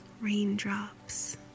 raindrops